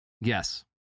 Yes